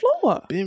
floor